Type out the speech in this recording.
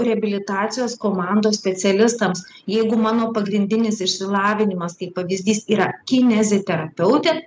reabilitacijos komandos specialistams jeigu mano pagrindinis išsilavinimas tai pavyzdys yra kineziterapeutė